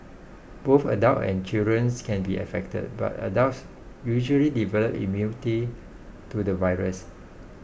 both adults and can be affected but adults usually develop immunity to the virus